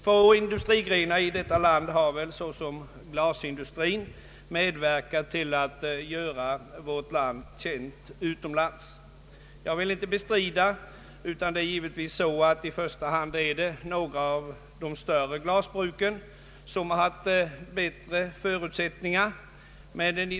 Få industrigrenar i detta land har såsom glasindustrin medverkat till att göra vårt land känt utomlands, Givetvis har några av de större glasbruken haft bättre förutsättningar än andra att klara sig.